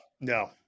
no